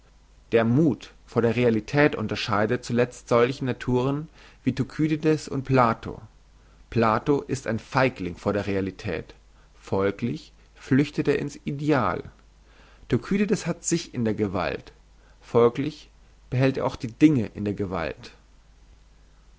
der muth vor der realität unterscheidet zuletzt solche naturen wie thukydides und plato plato ist ein feigling vor der realität folglich flüchtet er in's ideal thukydides hat sich in der gewalt folglich behält er auch die dinge in der gewalt